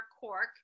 Cork